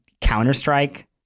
Counter-Strike